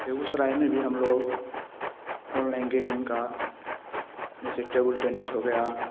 बेगूसराय में भी हम लोग अनलाइन गेमिंग का जैसे टेबुल टेनिस हो गया